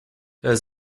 der